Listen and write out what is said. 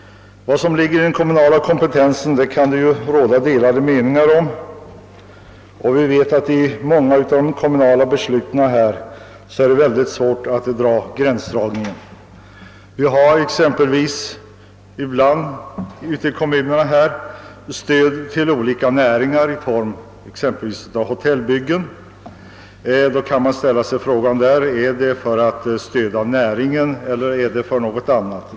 Vad som ligger i den kommunala kompetensen kan det nämligen råda delade meningar om, eftersom det i många av de kommunala besluten är oerhört svårt att göra någon gränsdragning. Ute i kommunerna ger man exempelvis ibland stöd till olika näringar — det kan gälla ett hotellbygge eller liknande — och då kan man ju fråga om det sker för att stödja en näring eller för något annat.